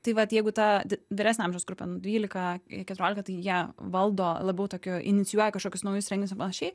tai vat jeigu ta vyresnio amžiaus grupė nu dvylika keturiolika tai jie valdo labiau tokiu inicijuoja kažkokius naujus renginius ir panašiai